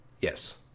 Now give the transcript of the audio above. Yes